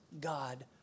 God